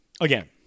Again